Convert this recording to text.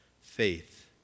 faith